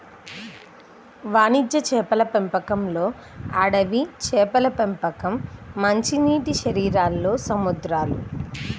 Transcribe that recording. వాణిజ్య చేపల పెంపకంలోఅడవి చేపల పెంపకంచేపల పెంపకం, మంచినీటిశరీరాల్లో సముద్రాలు